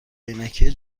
عینکی